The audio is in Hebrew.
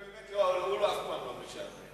הוא באמת אף פעם לא משעמם.